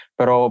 Pero